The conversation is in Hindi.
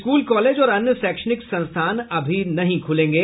स्कूल कॉलेज और अन्य शैक्षणिक संस्थान अभी नहीं खुलेंगे